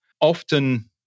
often